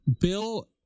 Bill